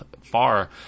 far